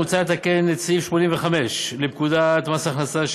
מוצע לתקן את סעיף 85 לפקודת מס הכנסה,